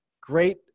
great